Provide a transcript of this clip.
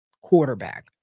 quarterback